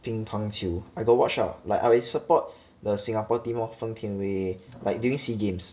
乒乓球 I got watch ah like I will support the singapore team lor feng tian wei like during SEA games or um